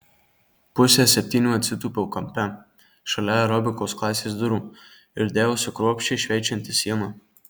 pusę septynių atsitūpiau kampe šalia aerobikos klasės durų ir dėjausi kruopščiai šveičianti sieną